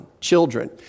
children